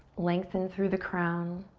lengthen through the crown.